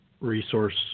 resource